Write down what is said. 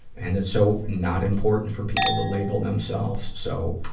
and it's so not important for people to label themselves, so,